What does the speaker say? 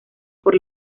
por